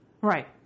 Right